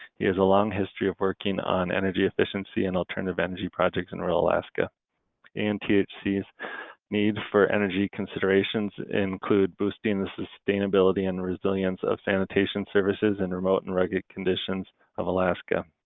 he has a long history of working on energy efficiency and alternative energy projects in rural alaska and he sees needs for energy considerations include boosting the sustainability and the resilience of sanitation services in remote and rugged conditions of alaska.